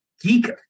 geek